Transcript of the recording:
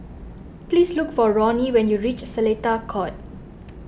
please look for Ronnie when you reach Seletar Court